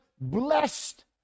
blessed